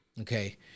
Okay